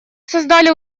создали